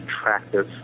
attractive